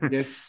Yes